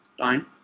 time